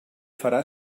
farà